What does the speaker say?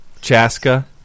Chaska